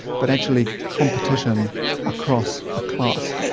but actually competition across a class.